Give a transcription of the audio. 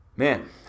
Man